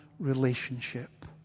Relationship